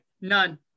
none